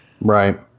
Right